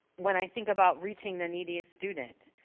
when i think about reaching the neediest student,